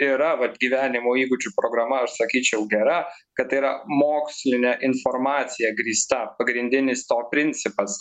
yra vat gyvenimo įgūdžių programa aš sakyčiau gera kad tai yra moksline informacija grįsta pagrindinis to principas